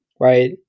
right